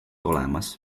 olemas